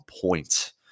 point